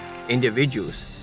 Individuals